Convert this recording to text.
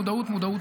מודעות,